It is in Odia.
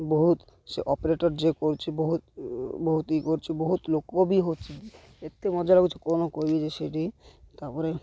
ବହୁତ ସେ ଅପରେଟର ଯେ କରୁଛି ବହୁତ ବହୁତ ଇଏ କରୁଛି ବହୁତ ଲୋକ ବି ହେଉଛି ଏତେ ମଜା ଲାଗୁଛି କ'ଣ କହିବି ଯେ ସେଇଠି ତା'ପରେ